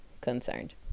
concerned